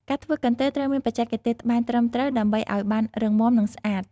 ការធ្វើកន្ទេល ត្រូវមានបច្ចេកទេសត្បាញត្រឹមត្រូវដើម្បីឲ្យបានរឹងមាំ និងស្អាត។